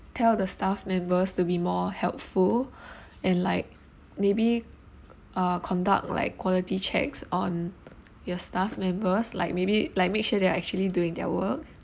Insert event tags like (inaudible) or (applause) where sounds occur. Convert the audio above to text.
tell the staff members to be more helpful (breath) and like maybe uh conduct like quality checks on your staff members like maybe like make sure they are actually doing their work